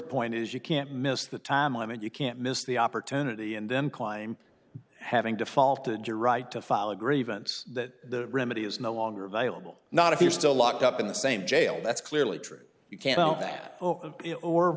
point is you can't miss the time i mean you can't miss the opportunity and then climb having to fall to your right to file a grievance that remedy is no longer available not if you're still locked up in the same jail that's clearly true you can't